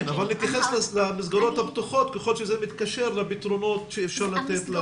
אבל להתייחס למסגרות הפתוחות ככל שזה מתקשר לפתרונות שאפשר לתת.